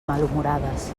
malhumorades